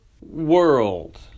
world